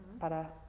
para